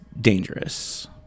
dangerous